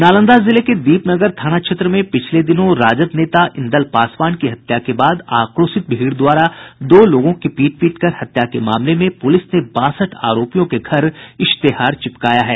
नालंदा जिले के दीपनगर थाना क्षेत्र में पिछले दिनों राजद नेता इंदल पासवान की हत्या के बाद आक्रोशित भीड़ द्वारा दो लोगों की पीट पीट कर हत्या के मामले में पुलिस ने बासठ आरोपियों के घर इश्तेहार चिपकाया है